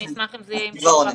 נשמח אם זה יהיה עם פילוח יומי.